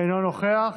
אינו נוכח.